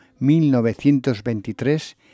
1923